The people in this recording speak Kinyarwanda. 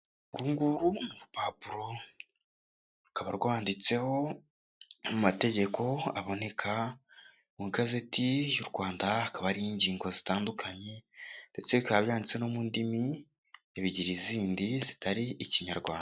Uru nguru ni urupapuro rukaba rwanditseho amwe mu mategeko aboneka mu igazeti y'u Rwanda ,hakaba hari ingingo zitandukanye ndetse bikaba byanditse no mu ndimi ebibyiri zindi zitari Ikinyarwanda.